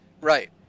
right